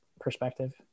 perspective